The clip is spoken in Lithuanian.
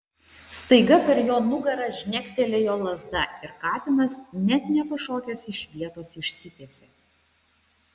staiga per jo nugarą žnektelėjo lazda ir katinas net nepašokęs iš vietos išsitiesė